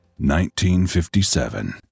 1957